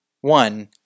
one